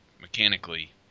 mechanically